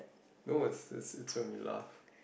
no it's it's it's when we laugh